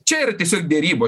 čia ir tiesiog derybo